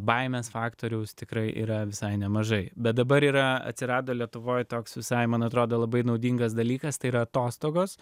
baimės faktoriaus tikrai yra visai nemažai bet dabar yra atsirado lietuvoj toks visai man atrodo labai naudingas dalykas tai yra atostogos